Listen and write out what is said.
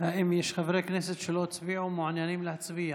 האם יש חברי כנסת שלא הצביעו ומעוניינים להצביע?